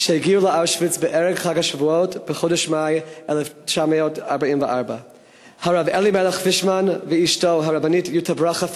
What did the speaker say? שהגיעו לאושוויץ בערב חג השבועות בחודש מאי 1944. הרב אלימלך פישמן ואשתו הרבנית יוטה ברכה פישמן,